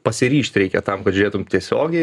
pasiryžt reikia tam kad žiūrėtum tiesiogiai